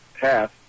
half